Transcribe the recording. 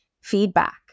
feedback